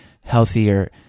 healthier